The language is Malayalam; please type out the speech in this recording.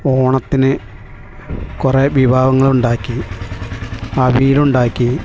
ഓണത്തിന് കുറേ വിഭവങ്ങൾ ഉണ്ടാക്കി അവിയൽ ഉണ്ടാക്കി